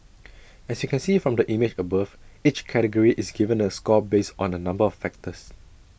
as you can see from the image above each category is given A score based on A number of factors